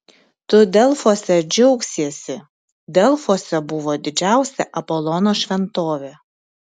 tu delfuose džiaugsiesi delfuose buvo didžiausia apolono šventovė